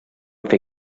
fer